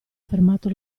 fermato